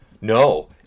No